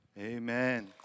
Amen